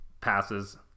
passes